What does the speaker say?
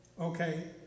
Okay